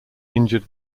injured